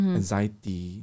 anxiety